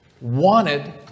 wanted